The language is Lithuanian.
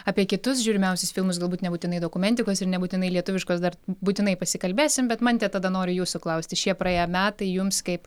apie kitus žiūrimiausius filmus galbūt nebūtinai dokumentikos ir nebūtinai lietuviškos dar būtinai pasikalbėsim bet mante tada noriu jūsų klausti šie praėję metai jums kaip